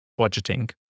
budgeting